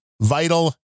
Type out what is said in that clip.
vital